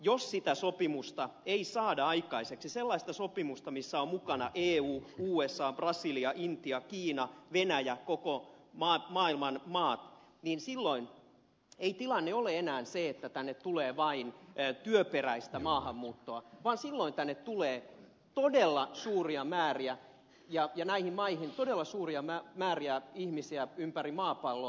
jos sitä sopimusta ei saada aikaiseksi sellaista sopimusta jossa ovat mukana eu usa brasilia intia kiina venäjä koko maailman maat silloin ei tilanne ole enää se että tänne tulee vain työperäistä maahanmuuttoa vaan silloin tänne ja näihin maihin tulee todella suuria määriä ihmisiä ympäri maapalloa